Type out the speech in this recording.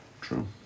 True